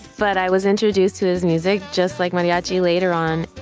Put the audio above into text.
but i was introduced to his music just like mariachi later on.